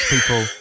people